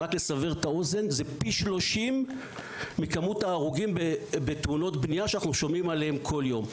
זה פי 30 מכמות ההרוגים בתאונות בנייה שאנחנו שומעים עליהם כל יום.